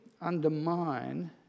undermine